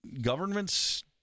governments